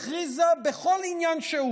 הכריזה על כל עניין שהוא